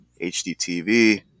HDTV